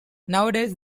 nowadays